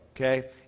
Okay